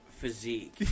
physique